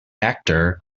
actor